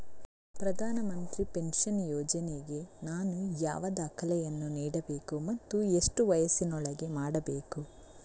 ಪ್ರಧಾನ ಮಂತ್ರಿ ಪೆನ್ಷನ್ ಯೋಜನೆಗೆ ನಾನು ಯಾವ ದಾಖಲೆಯನ್ನು ನೀಡಬೇಕು ಮತ್ತು ಎಷ್ಟು ವಯಸ್ಸಿನೊಳಗೆ ಮಾಡಬೇಕು?